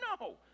No